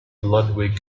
ludwig